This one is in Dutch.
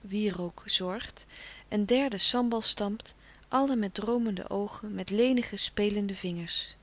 wierook zorgt een derde sambal stampt allen met droomende oogen met lenige spelende vingers